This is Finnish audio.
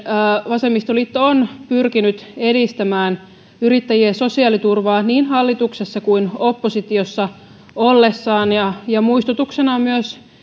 vasemmistoliitto on pyrkinyt edistämään yrittäjien sosiaaliturvaa niin hallituksessa kuin oppositiossa ollessaan ja ja muistutuksena edustajalle myös